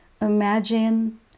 Imagine